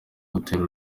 gutera